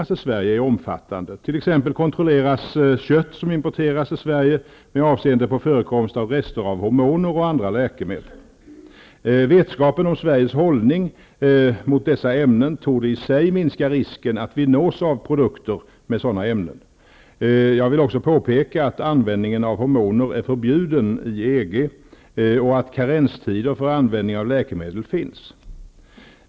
Sverige är omfattande, t.ex. kontrolleras kött som importeras till Sverige med avseende på förekomst av rester av hormoner och andra läkemedel. Vetskapen om Sveriges hållning mot dessa ämnen torde i sig minska risken att vi nås av produkter med sådana ämnen. Jag vill också påpeka att användning av hormoner är förbjuden inom EG och att karenstider för användning av läkemedel finns.